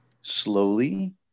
slowly